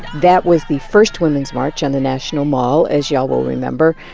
that was the first women's march on the national mall as y'all will remember.